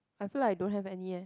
I feel like I don't have any eh